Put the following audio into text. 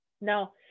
No